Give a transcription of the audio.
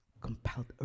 compelled